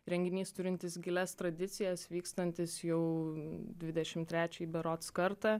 renginys turintis gilias tradicijas vykstantis jau dvidešim trečiajį berods kartą